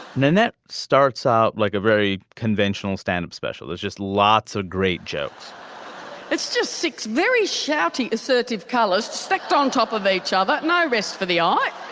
and and that starts out like a very conventional standup special there's just lots of great jokes it's just six very shouty assertive colors stacked on top of each other. no rest for the art.